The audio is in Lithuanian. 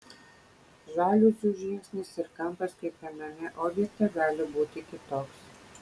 žaliuzių žingsnis ir kampas kiekviename objekte gali būti kitoks